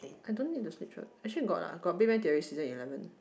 I don't need actually got ah got Big Bang Theory season eleven